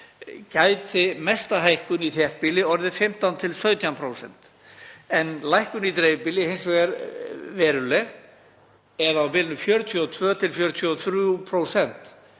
gæti mesta hækkun í þéttbýli orðið 15–17% en lækkun í dreifbýli hins vegar veruleg eða á bilinu 42–43%.